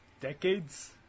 Decades